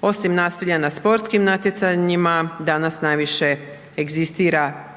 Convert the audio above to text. Osim nasilja na sportskim natjecanjima, danas najviše egzistira